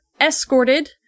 escorted